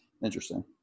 interesting